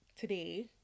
today